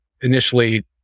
initially